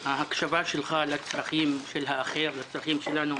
ההקשבה שלך לצרכים של האחר, לצרכים שלנו,